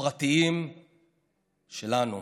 הפרטיים שלנו.